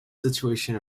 situation